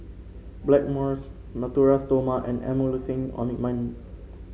Blackmores Natura Stoma and Emulsying Ointment